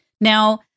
Now